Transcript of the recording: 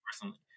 personally